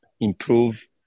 improve